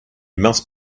must